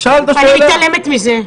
אני מתעלמת מזה.